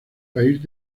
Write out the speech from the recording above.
país